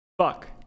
fuck